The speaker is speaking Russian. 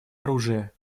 оружия